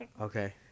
Okay